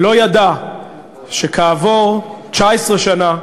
ולא ידע שכעבור 19 שנה,